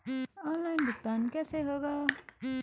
Online भुगतान कैसे होगा?